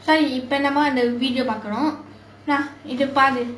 so இப்போ நாம வந்து அந்த:ippo naama vanthu antha video பார்க்குறோம் இதை பாரு:paarkkurom ithai paaru